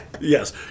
Yes